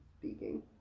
speaking